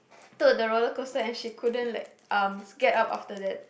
took the roller coster and she couldn't like um get up after that